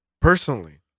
personally